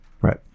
Right